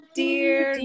dear